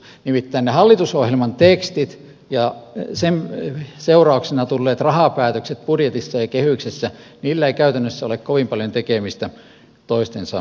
nimittäin niillä hallitusohjelman teksteillä ja niiden seurauksena tulleilla rahapäätöksillä budjetissa ja kehyksessä ei käytännössä ole kovin paljon tekemistä toistensa kanssa